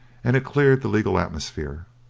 and it cleared the legal atmosphere.